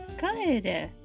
Good